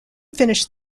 finished